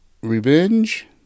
Revenge